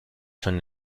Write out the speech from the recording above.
son